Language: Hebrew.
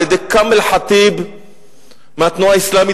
על-ידי כמאל ח'טיב מהתנועה האסלאמית,